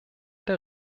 der